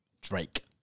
Drake